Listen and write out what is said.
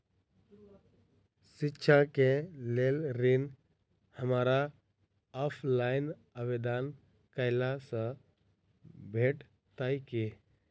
शिक्षा केँ लेल ऋण, हमरा ऑफलाइन आवेदन कैला सँ भेटतय की?